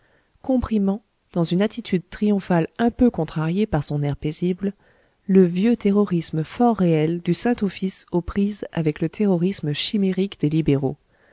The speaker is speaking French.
comprimant dans une attitude triomphale un peu contrariée par son air paisible le vieux terrorisme fort réel du saint office aux prises avec le terrorisme chimérique des libéraux